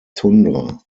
tundra